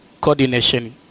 coordination